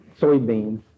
soybeans